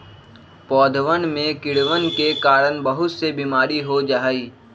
पौधवन में कीड़वन के कारण बहुत से बीमारी हो जाहई